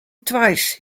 twice